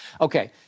Okay